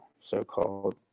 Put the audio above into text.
so-called